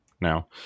now